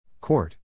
Court